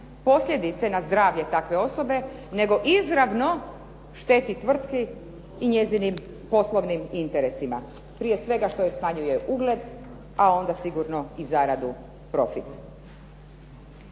posljedice na zdravlje takve osobe nego izravno šteti tvrtki i njezinim poslovnim interesima, prije svega što joj smanjuje ugled, a onda sigurno i zaradu, profit.